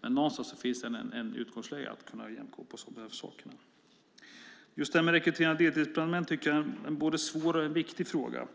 Men någonstans finns ett utgångsläge att vi ska kunna jämka ihop oss om de här sakerna. Just rekryteringen av deltidsbrandmän är en både svår och viktig fråga.